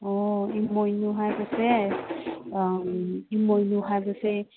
ꯑꯣ ꯏꯃꯣꯏꯅꯨ ꯍꯥꯏꯕꯁꯦ ꯏꯃꯣꯏꯅꯨ ꯍꯥꯏꯕꯁꯦ